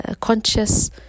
conscious